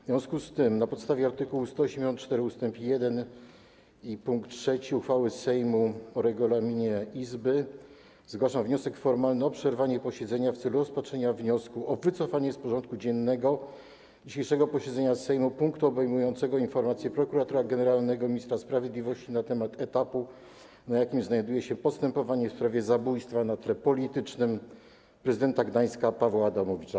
W związku z tym, na podstawie art. 184 ust. 3 pkt 1 uchwały Sejmu o regulaminie Izby, zgłaszam wniosek formalny o przerwanie posiedzenia w celu rozpatrzenia wniosku o wycofanie z porządku dziennego dzisiejszego posiedzenia Sejmu punktu obejmującego informację prokuratora generalnego - ministra sprawiedliwości na temat etapu, na jakim znajduje się postępowanie w sprawie zabójstwa na tle politycznym prezydenta Gdańska Pawła Adamowicza.